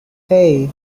hey